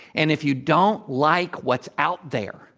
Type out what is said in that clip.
and if you don't like what's out there,